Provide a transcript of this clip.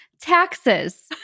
taxes